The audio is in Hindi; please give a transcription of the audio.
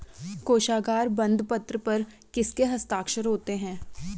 कोशागार बंदपत्र पर किसके हस्ताक्षर होते हैं?